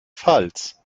pfalz